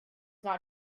not